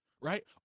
right